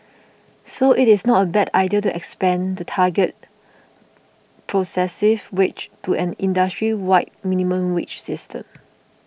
so it is not a bad idea to expand the targeted progressive wage to an industry wide minimum wage system